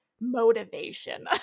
motivation